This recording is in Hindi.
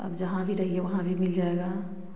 अब जहाँ भी रहिए वहाँ भी मिल जाएगा